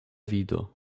vido